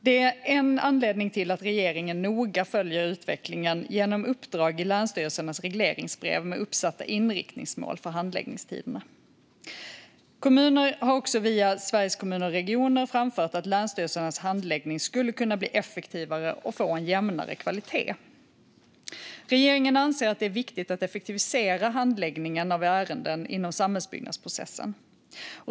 Detta är en anledning till att regeringen noga följer utvecklingen genom uppdrag i länsstyrelsernas regleringsbrev med uppsatta inriktningsmål för handläggningstiderna. Kommuner har också via Sveriges Kommuner och Regioner framfört att länsstyrelsernas handläggning skulle kunna bli effektivare och få en jämnare kvalitet. Regeringen anser att det är viktigt att effektivisera handläggningen av ärenden inom samhällsbyggnadsprocessen.